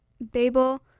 Babel